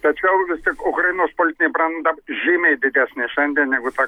tačiau vis tik ukrainos politinė branda žymiai didesnė šiandien negu ta